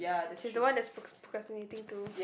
she's the one that's pros~ procrastinating too